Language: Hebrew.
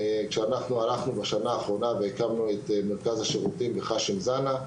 כשאנחנו הלכנו והקמנו בשנה האחרונה את מרכז השירותים בח׳שם זנה,